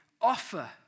offer